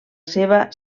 seva